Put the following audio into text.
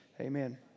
Amen